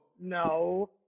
No